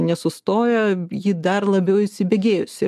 nesustoja ji dar labiau įsibėgėjusi